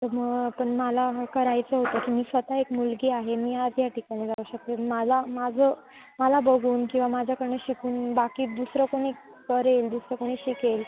तर मग पण मला करायचं होतं की मी स्वतः एक मुलगी आहे मी आज या ठिकाणी जाऊ शकते मला माझं मला बघून किंवा माझ्याकडनं शिकून बाकी दुसरं कुणी करेल दुसरं कोणी शिकेल